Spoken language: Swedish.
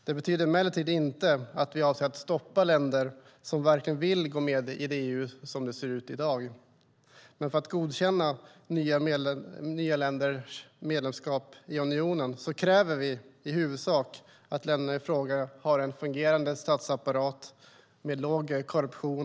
Det betyder emellertid inte att vi avser att stoppa länder som verkligen vill gå med i EU som det ser ut i dag. Men för att godkänna nya länders medlemskap i unionen kräver vi i huvudsak att länderna i fråga har en fungerande statsapparat med låg korruption.